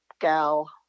gal